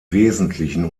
wesentlichen